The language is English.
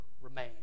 remain